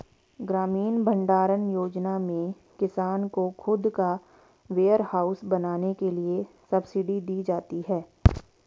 ग्रामीण भण्डारण योजना में किसान को खुद का वेयरहाउस बनाने के लिए सब्सिडी दी जाती है